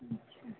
अच्छा